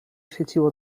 świeciło